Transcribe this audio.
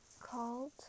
called